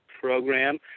Program